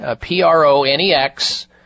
P-R-O-N-E-X